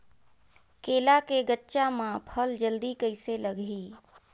केला के गचा मां फल जल्दी कइसे लगही?